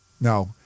Now